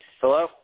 Hello